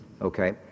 okay